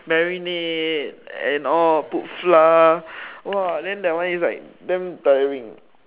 marinate and all put flour !wah! then that one is like damn tiring